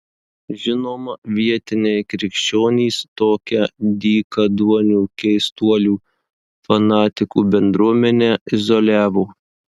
žinoma vietiniai krikščionys tokią dykaduonių keistuolių fanatikų bendruomenę izoliavo